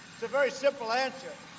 it's a very simple answer.